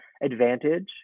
advantage